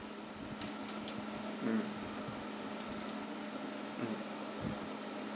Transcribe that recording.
mm mmhmm